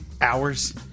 hours